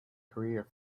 careers